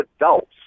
adults